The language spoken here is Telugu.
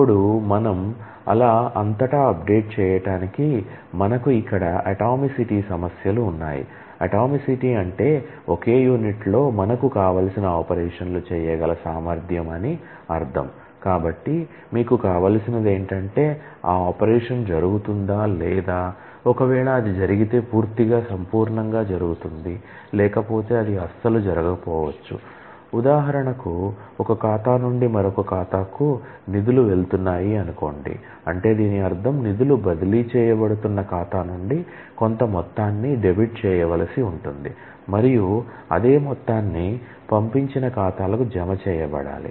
అప్పుడు మనం అలా అంతటా అప్డేట్ చేయవలసి ఉంటుంది మరియు అదే మొత్తాన్ని పంపించిన ఖాతాలకు జమ చేయబడాలి